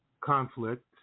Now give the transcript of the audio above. conflict